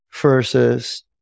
versus